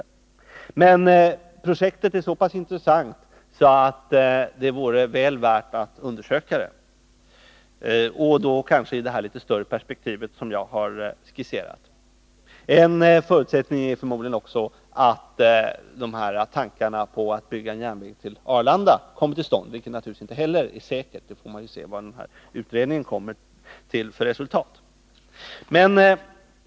Men projektet är så pass intressant att det vore väl värt att undersöka, och då kanske i det litet större perspektiv som jag har skisserat. En förutsättning är förmodligen också att planerna på att bygga en järnväg till Arlanda kommer till stånd, vilket naturligtvis inte heller är säkert. Vi får se vad utredningen kommer fram till för resultat.